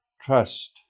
trust